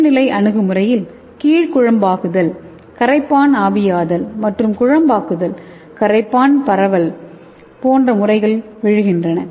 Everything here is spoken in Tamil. கீழ்நிலை அணுகுமுறையின் கீழ் குழம்பாக்குதல் கரைப்பான் ஆவியாதல் மற்றும் குழம்பாக்குதல் கரைப்பான் பரவல் போன்ற முறைகள் விழுகின்றன